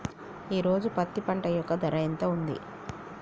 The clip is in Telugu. ఈ రోజు పత్తి పంట యొక్క ధర ఎంత ఉంది?